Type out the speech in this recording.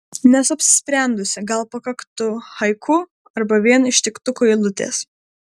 nesu apsisprendusi gal pakaktų haiku arba vien ištiktukų eilutės